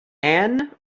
ann